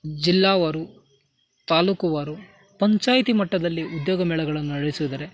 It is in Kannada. ಜಿಲ್ಲಾವಾರು ತಾಲೂಕುವಾರು ಪಂಚಾಯತಿ ಮಟ್ಟದಲ್ಲಿ ಉದ್ಯೋಗ ಮೇಳಗಳನ್ನು ನಡೆಸಿದರೆ